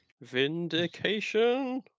Vindication